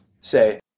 say